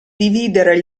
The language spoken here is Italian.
dividere